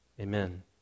Amen